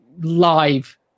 live